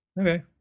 Okay